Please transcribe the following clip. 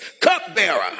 cupbearer